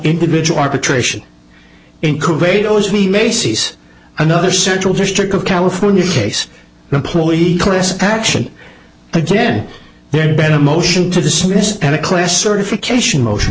individual arbitration in kuwait owes me macy's another central district of california case employee chris action again their better motion to dismiss and a class certification motion